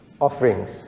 Offerings